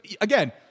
again